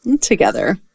together